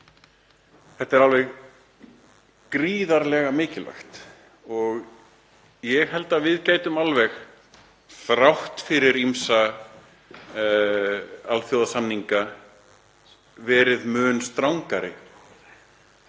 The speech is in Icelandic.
Þetta er gríðarlega mikilvægt. Ég held að við gætum alveg, þrátt fyrir ýmsa alþjóðasamninga, verið mun strangari